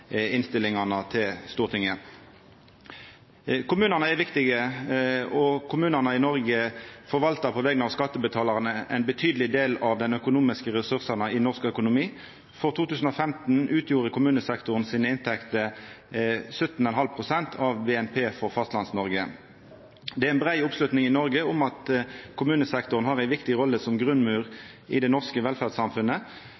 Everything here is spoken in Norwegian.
innstillingane til Stortinget. Kommunane er viktige, og kommunane i Noreg forvaltar på vegner av skattebetalarane ein betydeleg del av dei økonomiske ressursane i norsk økonomi. For 2015 utgjorde kommunesektoren sine inntekter 17,5 pst. av BNP for Fastlands-Noreg. Det er brei oppslutning i Noreg om at kommunesektoren har ei viktig rolle som